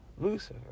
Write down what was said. Lucifer